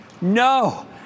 No